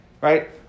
right